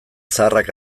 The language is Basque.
zaharrak